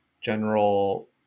general